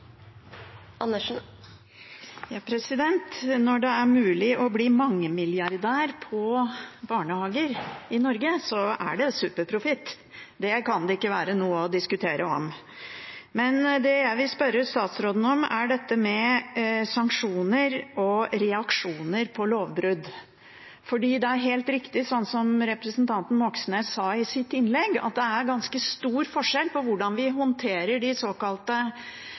det superprofitt – det kan ikke være noe å diskutere. Men det jeg vil spørre statsråden om, er dette med sanksjoner og reaksjoner på lovbrudd. Det er helt riktig, som representanten Moxnes sa i sitt innlegg, at det er ganske stor forskjell på hvordan vi håndterer